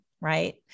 Right